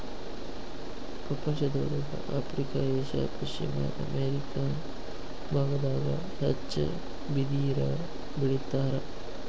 ಪ್ರಪಂಚದೊಳಗ Africa Asia ಪಶ್ಚಿಮ America ಬಾಗದಾಗ ಹೆಚ್ಚ ಬಿದಿರ ಬೆಳಿತಾರ